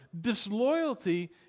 Disloyalty